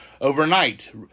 overnight